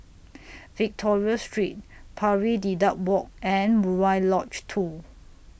Victoria Street Pari Dedap Walk and Murai Lodge two